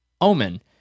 omen